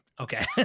okay